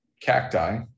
cacti